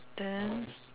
then